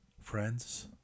Friends